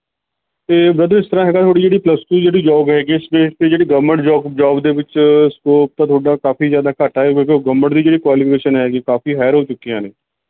ਅਤੇ ਬ੍ਰਦਰ ਇਸ ਤਰ੍ਹਾਂ ਹੈ ਤੁਹਾਡੀ ਜਿਹੜੀ ਪਲਸ ਟੂ ਜਿਹੜੀ ਜੋਬ ਹੈਗੀ ਹੈ ਇਸ ਬੇਸ 'ਤੇ ਜਿਹੜੀ ਗਵਰਮੈਂਟ ਜੋਬ ਜੋਬ ਦੇ ਵਿੱਚ ਸਕੋਪ ਤਾਂ ਤੁਹਾਡਾ ਕਾਫੀ ਜ਼ਿਆਦਾ ਘੱਟ ਹੈ ਕਿਉਂਕਿ ਗਵਰਮੈਂਟ ਦੀ ਜਿਹੜੀ ਕੁਆਲੀਫਿਕੇਸ਼ਨ ਹੈ ਕਾਫੀ ਹਾਇਰ ਹੋ ਚੁੱਕੀਆਂ ਨੇ